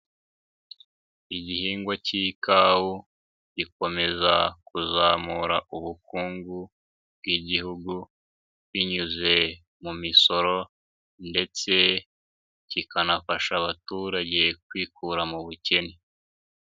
Igihingwa k'ikawa gikomeza kuzamura ubukungu bw'Igihugu binyuze mu misoro ndetse kikanafasha abaturage kwikura mu bukene.